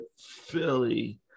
Philly